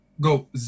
go